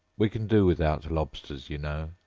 we can do without lobsters, you know.